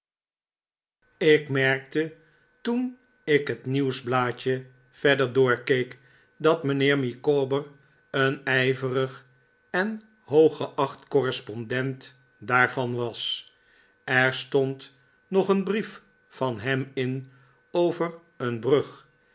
ik merkte toen ik het nieuwsblaadje verder doorkeek dat mijnheer micawber een ijverig en hooggeacht correspondent daarvan was er stond nog een brief van hem in over een brug